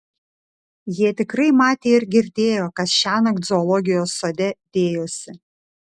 jie tikrai matė ir girdėjo kas šiąnakt zoologijos sode dėjosi